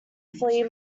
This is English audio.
flea